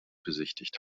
besichtigt